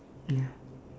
ya